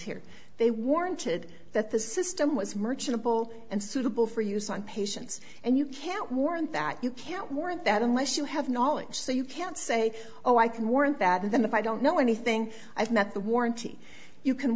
here they warranted that the system was merchantable and suitable for use on patients and you can't warrant that you can't warrant that unless you have knowledge so you can't say oh i can warrant that and then if i don't know anything i've met the warranty you can